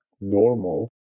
normal